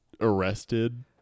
arrested